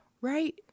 Right